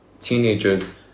teenagers